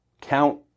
count